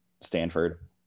Stanford